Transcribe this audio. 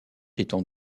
étant